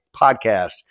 Podcast